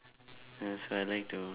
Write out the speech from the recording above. and so I like to